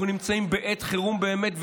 אנחנו נמצאים בעת חירום באמת,